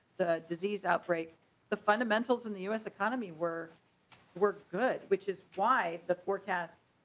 the disease outbreak the fundamentals in the us economy were we're good which is why the forecast.